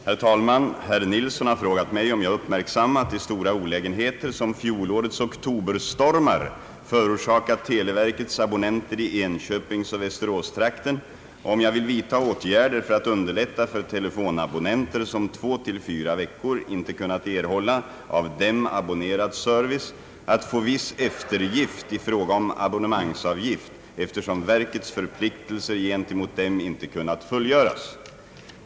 Herr talman! Herr Ferdinand Nilsson har frågat mig, om jag uppmärksammat de stora olägenheter som fjolårets oktoberstormar förorsakat televerkets abonnenter i enköpingsoch västeråstrakten och om jag vill vidta åtgärder för att underlätta för telefonabonnenter, som två till fyra veckor inte kunnat erhålla av dem abonnerad service, att få viss eftergift i fråga om abonnemangsavgift eftersom verkets förpliktelser gentemot dem inte kunnat fullgöras.